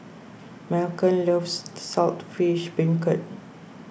Malcom loves Salt fish Beancurd